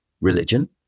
religion